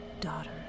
daughter